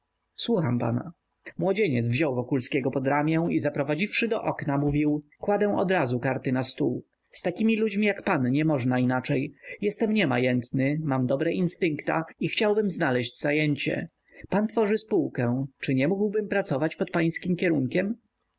słucham pana młodzieniec wziął wokulskiego pod ramię i zaprowadziwszy go do okna mówił kładę odrazu karty na stół z takimi ludźmi jak pan niemożna inaczej jestem niemajętny mam dobre instynkta i chciałbym znaleźć zajęcie pan tworzy spółkę czy nie mógłbym pracować pod pańskim kierunkiem